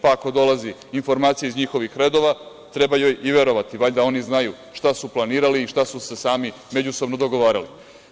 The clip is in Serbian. Pa, ako dolazi informacija iz njihovih redova, treba joj i verovati, valjda oni znaju šta su planirali i šta su se sami međusobno dogovarali.